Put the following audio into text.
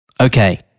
Okay